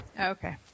Okay